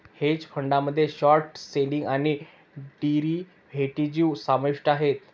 hedge फंडामध्ये short selling आणि derivatives समाविष्ट आहेत